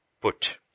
put